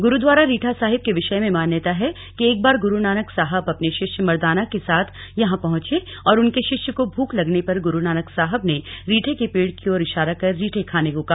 गुरुद्वारा रीठा साहिब के विषय मे मान्यता है कि एक बार गुरुनानक साहब अपर्न शिष्य मर्दाना के साथ यहां पहँचे और उनके शिष्य को भूख लगने पर ग्रु नानक साहब ने रीठे के पेड़ की ओर इशारा कर रीठे खाने को कहा